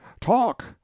talk